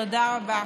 תודה רבה.